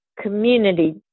community